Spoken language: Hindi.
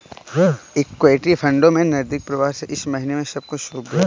इक्विटी फंडों में नकदी प्रवाह इस महीने सब कुछ सूख गया है